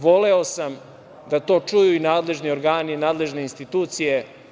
Voleo sam da to čuju i nadležni organi i nadležne institucije.